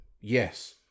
yes